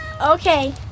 Okay